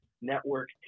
network